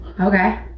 Okay